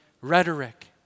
rhetoric